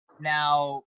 Now